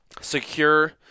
secure